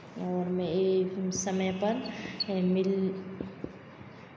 और मैं ए समय पर मिल्ल